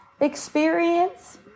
experience